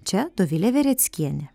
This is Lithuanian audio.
čia dovilė vereckienė